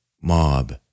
Mob